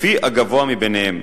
לפי הגבוה מביניהם.